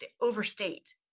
overstate